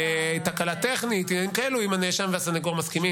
תסיימי במשפט.